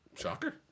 shocker